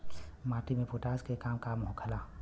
माटी में पोटाश के का काम होखेला?